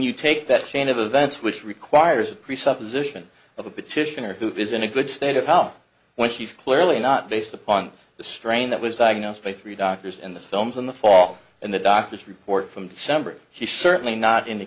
you take that chain of events which requires a pre supposition of a petitioner who is in a good state of health when she's clearly not based upon the strain that was diagnosed by three doctors in the films in the fall and the doctor's report from december he's certainly not in